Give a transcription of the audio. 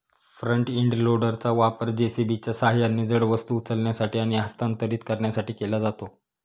front end लोडरचा वापर जे.सी.बीच्या सहाय्याने जड वस्तू उचलण्यासाठी आणि हस्तांतरित करण्यासाठी केला जातो